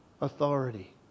authority